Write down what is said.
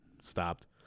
stopped